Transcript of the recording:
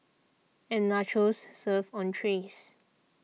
and nachos served on trays